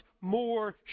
more